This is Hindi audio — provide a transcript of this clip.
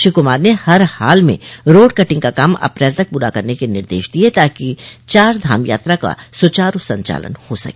श्री कुमार ने हर हाल में रोड कटिंग का काम अप्रैल तक पूरा करने के निर्देश दिए ताकि चारधाम यात्रा का सुचारू संचालन हो सके